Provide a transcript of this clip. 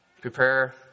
Prepare